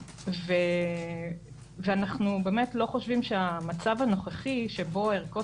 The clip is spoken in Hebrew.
אנחנו חושבים שהמצב הנוכחי שבו הערכות